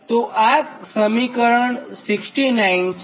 તો આ સમીકરણ 69 છે